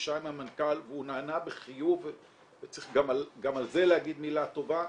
הפגישה עם המנכ"ל והוא נענה בחיוב וצריך גם על זה להגיד מילה טובה.